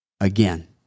again